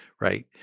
right